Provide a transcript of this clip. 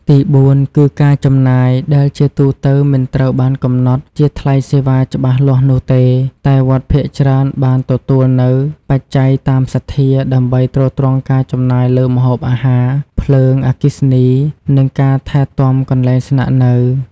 ទីបួនគឺ ការចំណាយ ដែលជាទូទៅមិនត្រូវបានកំណត់ជាថ្លៃសេវាច្បាស់លាស់នោះទេ តែវត្តភាគច្រើនបានទទួលនូវ បច្ច័យតាមសទ្ធា ដើម្បីទ្រទ្រង់ការចំណាយលើម្ហូបអាហារ ភ្លើង អគ្គិសនី និងការថែទាំកន្លែងស្នាក់នៅ។